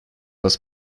was